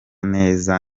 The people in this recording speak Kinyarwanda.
neza